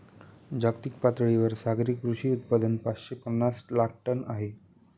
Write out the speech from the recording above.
जागतिक पातळीवर सागरी कृषी उत्पादन पाचशे पनास लाख टन आहे